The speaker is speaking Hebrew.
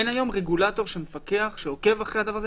אין היום רגולטור שמפקח, שעוקב אחרי הדבר הזה?